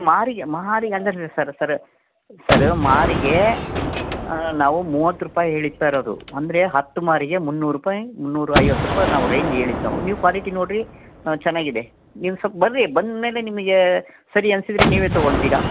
ಮಾರಿಗೆ ಮಾರಿಗಂದರೆ sir sir sir ಮಾರಿಗೆ ನಾವು ಮೂವತ್ತು ರೂಪಾಯಿ ಹೇಳಿದ್ದು ಸರ್ ಅದು ಅಂದರೆ ಹತ್ತು ಮಾರಿಗೆ ಮುನ್ನೂರು ರೂಪಾಯಿ ಮುನ್ನೂರೈವತ್ತು ರೂಪಾಯಿ ನಾವು ರೇಂಜ್ ಹೇಳಿದ್ದು ನಾವು ನೀವು ಕ್ವಾಲಿಟಿ ನೋಡಿರಿ ಹಾಂ ಚೆನ್ನಾಗಿದೆ ನೀವು ಸ್ವಲ್ಪ ಬರ್ರಿ ಬಂದಮೇಲೆ ನಿಮಗೆ ಸರಿ ಅನಿಸಿದರೆ ನೀವೇ ತೊಗೊಂತೀರಾ